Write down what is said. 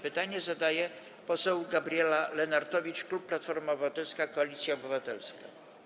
Pytanie zadaje poseł Gabriela Lenartowicz, klub Platforma Obywatelska - Koalicja Obywatelska.